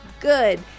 good